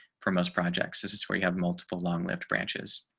for most projects. this is where you have multiple long lyft branches.